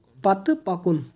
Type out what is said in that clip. پتہٕ پکُن